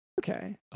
Okay